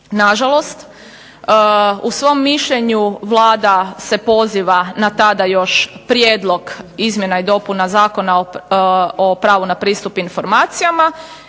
Nažalost, u svom mišljenju Vlada se poziva na tada još prijedlog izmjena i dopunama Zakona o pravu na pristup informacijama